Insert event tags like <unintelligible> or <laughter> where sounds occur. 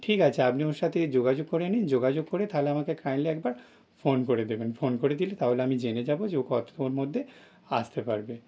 ঠিক আছে আপনি ওর সাথে যোগাযোগ করে নিন যোগাযোগ করে তাহলে আমাকে কাইন্ডলি একবার ফোন করে দেবেন ফোন করে দিলে তাহলে আমি জেনে যাব যে ও কত <unintelligible> মধ্যে আসতে পারবে